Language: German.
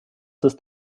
ist